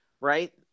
right